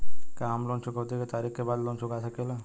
का हम लोन चुकौती के तारीख के बाद लोन चूका सकेला?